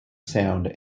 sound